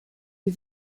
die